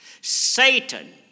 Satan